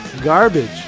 Garbage